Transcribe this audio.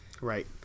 Right